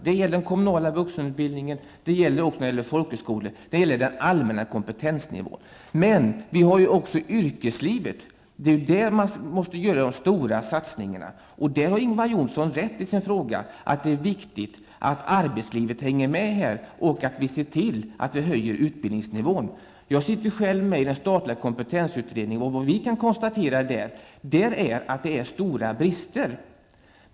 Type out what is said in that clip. Det gäller för den kommunala vuxenutbildningen och folkhögskolan. Det gäller den allmänna kompetensnivån. För det andra måste man göra stora satsningar på yrkeslivet. Ingvar Johnsson har rätt i sin fråga om att det är viktigt att arbetslivet hänger med och att vi ser till att höja utbildningsnivån. Jag sitter själv med i den statliga kompetensutredningen. Vi har där konstaterat att det finns stora brister.